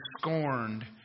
scorned